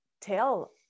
tell